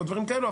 או דברים כאלה.